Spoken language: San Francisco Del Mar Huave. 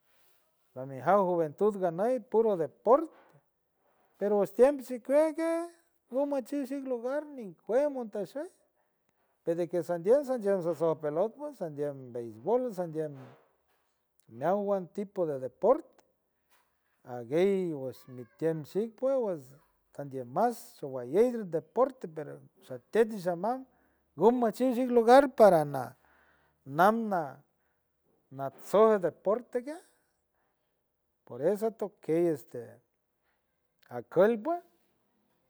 Lamijaw juventud ganey puro deporte, pero osh tiem shikuey kiej guma chijk shik lugar ni juera montey shey pedeque sandies sandies so- sofpelot sandiem beisbol, sandiem meawan tipo de deporte ajguey wesh mi tiend shik pues wesh candie mas showalley deporte peru shated shamam gumash chik shik lugar taran na nanna natsoej deporte guiej por eso tokey este alcohol puej.